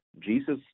jesus